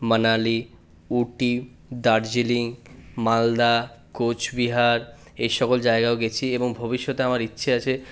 মানালি উটি দার্জিলিং মালদা কোচবিহার এই সকল জায়গাও গেছি এবং ভবিষ্যতে আমার ইচ্ছে আছে